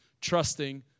trusting